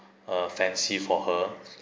uh fancy for her